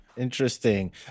Interesting